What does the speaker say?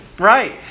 Right